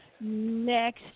Next